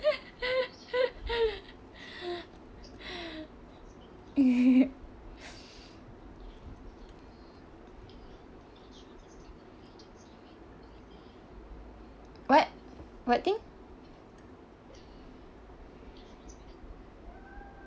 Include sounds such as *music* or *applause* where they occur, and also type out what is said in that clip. *laughs* what what thing